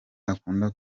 akunda